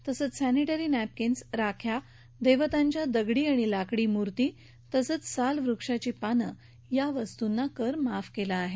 तसेच sanitary napkins राख्या देवतांच्या दगडी आणि लाकडी मूर्ती आणि साल वृक्षाची पानं या वस्तुंना कर माफ केला आहे